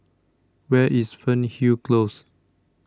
Where IS Fernhill Close